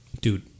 dude